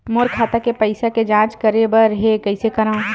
मोर खाता के पईसा के जांच करे बर हे, कइसे करंव?